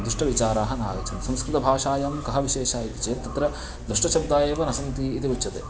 दुष्टविचाराः न आगच्छन्ति संस्कृतभाषायां कः विशेषः इति चेत् तत्र दुष्टशब्दाः एव न सन्ति इति उच्यते